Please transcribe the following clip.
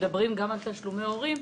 מדברים גם על תשלומי הורים,